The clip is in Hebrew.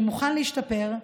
שמוכן להשתפר,